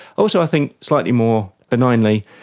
also i think, slightly more benignly,